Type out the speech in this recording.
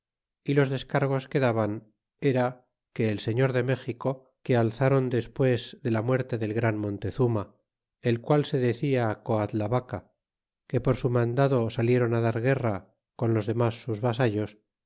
y los descargos que daban era que el señor de méxico que alzron despues de la muerte del gran montezutna el qual se decia coadlavaca que por su mandado salieron dar guerra con los demas sus vasallos